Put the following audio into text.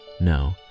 No